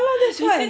ya [what] that's why